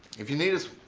if you need us,